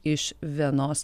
iš vienos